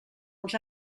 als